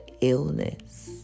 illness